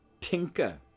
tinker